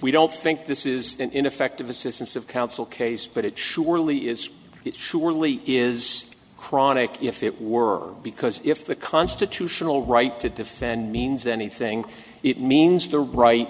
we don't think this is an ineffective assistance of counsel case but it surely is it surely is chronic if it were because if the constitutional right to defend means anything it means the right